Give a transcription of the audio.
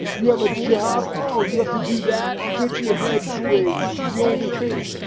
you have a job, oh, you have to do that. get your head straight, it should be only trading.